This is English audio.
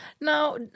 Now